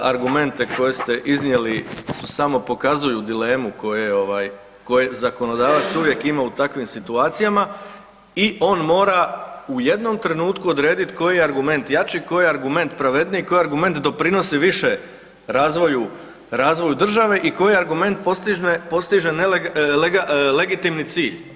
Argumente koje ste iznijeli su samo pokazuju dilemu koju zakonodavac uvijek ima u takvim situacijama i on mora u jednom trenutku odrediti koji je argument jači, koji je argument pravedniji, koji argument doprinosi više razvoju države i koji argument postoji legitimni cilj.